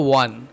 one